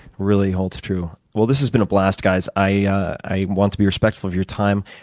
really holds true. well, this has been a blast, guys. i want to be respectful of your time.